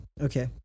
okay